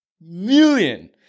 million